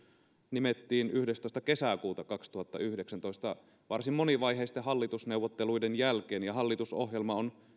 nimettiin yhdestoista kesäkuuta kaksituhattayhdeksäntoista varsin monivaiheisten hallitusneuvotteluiden jälkeen ja hallitusohjelma on